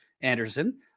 Anderson